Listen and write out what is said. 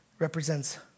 Represents